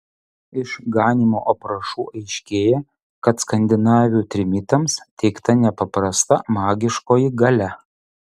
iš ganymo aprašų aiškėja kad skandinavių trimitams teikta nepaprasta magiškoji galia